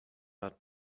but